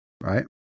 Right